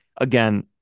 again